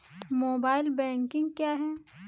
Mobile banking क्या है?